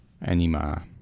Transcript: Anima